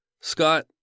Scott